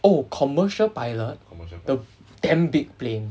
oh commercial pilot the damn big plane